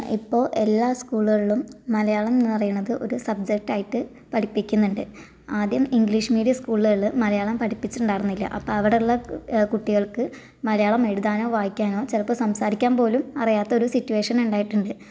ഇപ്പോൾ എല്ലാ സ്കൂളുകളിലും മലയാളമെന്ന് പറയണത് ഒരു സ്ബ്ജറ്റായിട്ട് പഠിപ്പിക്കുന്നുണ്ട് ആദ്യം ഇംഗ്ലീഷ് മീഡിയം സ്കൂളുകളില് മലയാളം പഠിപ്പിച്ചിട്ടുണ്ടായിരുന്നില്ല അപ്പോൾ അവിടെയുള്ള കുട്ടികൾക്ക് മലയാളം എഴുതാനോ വായിക്കാനോ ചിലപ്പോൾ സംസാരിക്കാൻ പോലും അറിയാത്തൊരു സിറ്റ്വേഷൻ ഉണ്ടായിട്ടുണ്ട്